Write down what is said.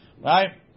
Right